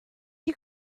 you